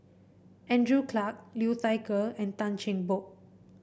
Andrew Clarke Liu Thai Ker and Tan Cheng Bock